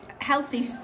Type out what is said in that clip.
healthy